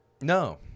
No